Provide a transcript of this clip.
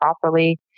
properly